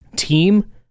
team